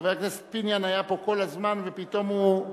חבר הכנסת פיניאן היה פה כל הזמן ופתאום הוא,